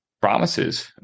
promises